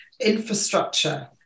infrastructure